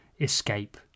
escape